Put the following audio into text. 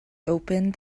opened